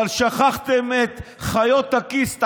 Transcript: אבל שכחתם את חיות הכיס,